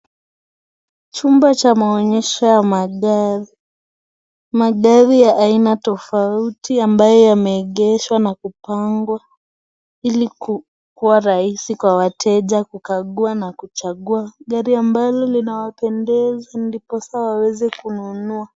Chumba cha maonyesho ya magari. Magari ya aina tofauti ambayo yameegeshwa na kupangwa ili kuwa rahisi kwa wateja kukagua na kuchagua gari ambalo linawapendeza, ndiposa waweze kununua.